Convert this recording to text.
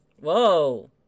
Whoa